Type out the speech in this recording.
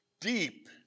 deep